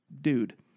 dude